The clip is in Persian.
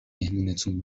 مهمونتون